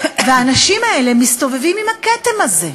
והאנשים האלה מסתובבים עם הכתם הזה.